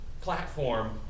platform